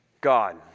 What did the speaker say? God